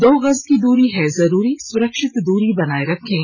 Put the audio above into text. दो गज की दूरी है जरूरी सुरक्षित दूरी बनाए रखें